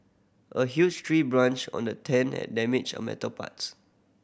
a huge tree branch on the tent and damaged on metal parts